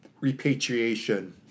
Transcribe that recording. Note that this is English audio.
repatriation